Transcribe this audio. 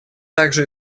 также